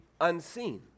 unseen